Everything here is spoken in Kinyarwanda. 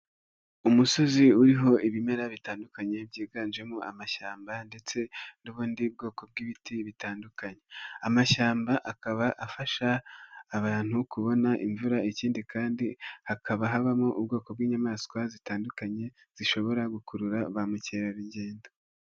Umusozi uriho ibimera bitandukanye byiganjemo amashyamba ndetse n'ubundi bwoko bw'ibiti bitandukanye, amashyamba akaba afasha abantu kubona imvura ikindi kandi hakaba habamo ubwoko bw'inyamanswa zitandukanye zishobora gukurura bamukerarugendo.